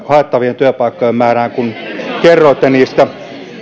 haettavien työpaikkojen määrään kun kerroitte niistä